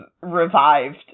revived